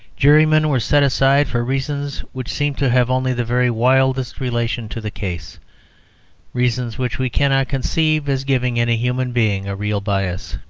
jurymen were set aside for reasons which seem to have only the very wildest relation to the case reasons which we cannot conceive as giving any human being a real bias.